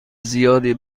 زیادی